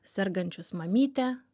sergančius mamytę